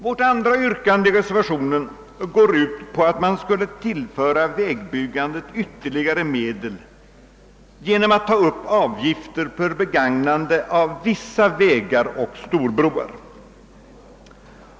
Det andra yrkandet i vår reservation går ut på att man skulle tillföra vägbyggandet ytterligare medel genom att ta upp avgifter för begagnande av vissa vägar och storbroar.